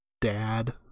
dad